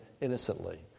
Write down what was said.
innocently